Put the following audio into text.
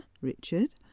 richard